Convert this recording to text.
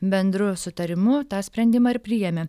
bendru sutarimu tą sprendimą ir priėmė